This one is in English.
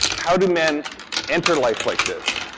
how do men enter life like this?